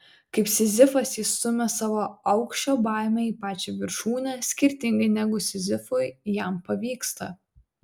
kaip sizifas jis stumia savo aukščio baimę į pačią viršūnę skirtingai negu sizifui jam pavyksta